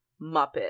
Muppet